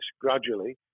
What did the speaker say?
gradually